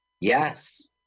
Yes